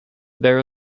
there